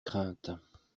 craintes